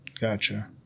Gotcha